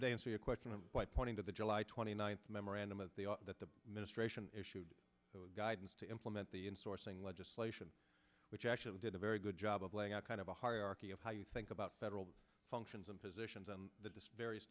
day answer your question and by pointing to the july twenty ninth memorandum as the that the ministration issued guidance to implement the insourcing legislation which actually did a very good job of laying out kind of a hierarchy of how you think about federal functions and positions on the disk various